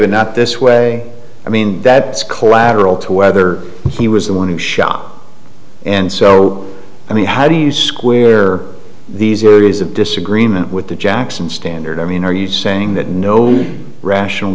but not this way i mean that's collateral to whether he was the one who shot and so i mean how do you square these areas of disagreement with the jackson standard i mean are you saying that no rational